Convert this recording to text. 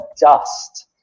dust